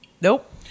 Nope